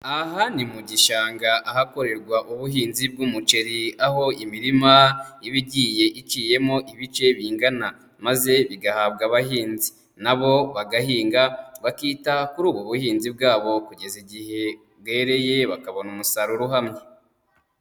Aha ni mu gishanga ahakorerwa ubuhinzi bw'umuceri, aho imirima iba igiye iciyemo ibice bingana maze bigahabwa abahinzi, na bo bagahinga bakita kuri ubu buhinzi bwabo kugeza igihe bwereye bakabona umusaruro uhamye.